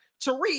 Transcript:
Tariq